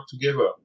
together